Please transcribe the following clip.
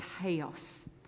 chaos